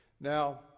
Now